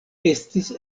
estis